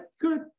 Good